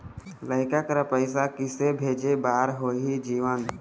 लइका करा पैसा किसे भेजे बार होही जीवन